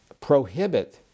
prohibit